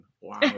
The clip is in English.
Wow